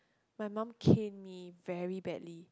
my mum cane me very badly